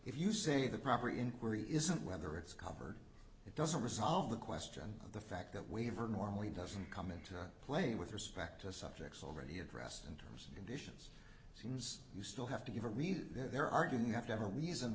if you say the proper inquiry isn't whether it's covered it doesn't resolve the question of the fact that waiver normally doesn't come into play with respect to subjects already addressed in terms of conditions it seems you still have to give a read their argument have to her reason